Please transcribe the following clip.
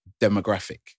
demographic